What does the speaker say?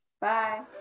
Bye